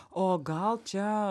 o gal čia